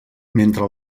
mentre